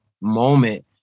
moment